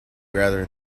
rather